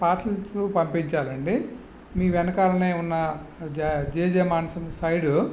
parcels పంపించాలి అండి మీ వెనకాలనే ఉన్న జెజే మాన్సన్ సైడ్